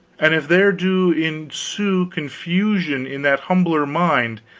and if there do ensue confusion in that humbler mind,